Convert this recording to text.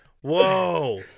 Whoa